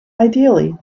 ideally